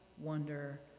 wonder